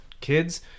kids